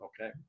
okay